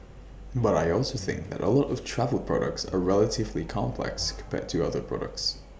but I also think that A lot of travel products are relatively complex compared to other products